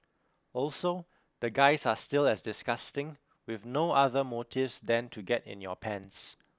also the guys are still as disgusting with no other motives than to get in your pants